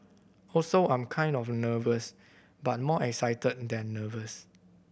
also I'm kind of nervous but more excited than nervous